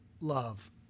Love